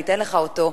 אני אתן לך אותו,